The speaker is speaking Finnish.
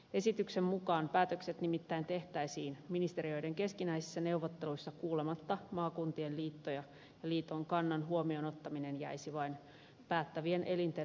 esityksen mukaan päätökset nimittäin tehtäisiin ministeriöiden keskinäisissä neuvotteluissa kuulematta maakuntien liittoja ja liiton kannan huomioon ottaminen jäisi vain päättävien elinten harkinnan varaan